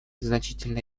значительно